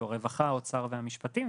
הרווחה, האוצר והמשפטים.